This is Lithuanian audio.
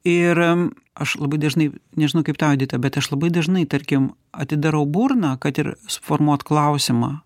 ir aš labai dažnai nežinau kaip tau edita bet aš labai dažnai tarkim atidarau burną kad ir suformuot klausimą